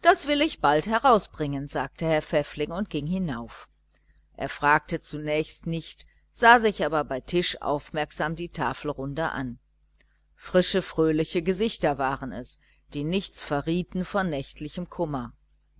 das will ich bald herausbringen sagte herr pfäffling und ging hinauf er fragte zunächst nicht sah sich aber bei tisch aufmerksam die tafelrunde an frische fröhliche gesichter waren es die nichts verrieten von nächtlichem kummer